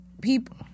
people